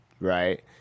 right